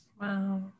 Wow